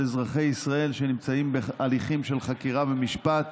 אזרחי ישראל שנמצאים בהליכים של חקירה ומשפט,